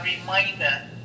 reminder